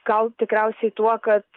gal tikriausiai tuo kad